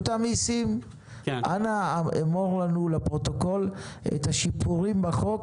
אנא אמור לפרוטוקול את השיפורים לחוק